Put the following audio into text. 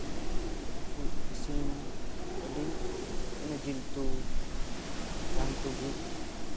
ᱩᱛᱩ ᱤᱥᱤᱱ ᱟᱹᱰᱤ ᱚᱱᱟ ᱡᱤᱞ ᱩᱛᱩ ᱡᱟᱦᱟᱱ ᱩᱛᱩ ᱜᱮ